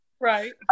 right